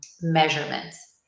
measurements